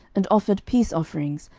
and offered peace offerings,